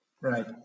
right